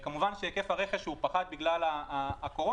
כמובן שהיקף הרכש פחת בגלל הקורונה,